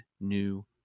new